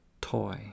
TOY